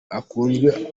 akunzwe